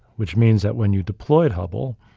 which means that when you deployed hubble,